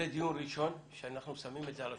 זה דיון ראשון שאנחנו שמים את זה על השולחן.